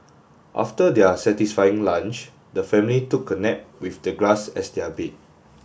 after their satisfying lunch the family took a nap with the grass as their bed